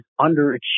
underachieving